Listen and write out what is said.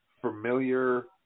familiar